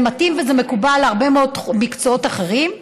זה מתאים ומקובל בהרבה מקצועות אחרים.